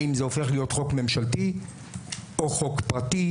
האם זה הופך להיות חוק ממשלתי או חוק פרטי